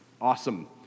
Awesome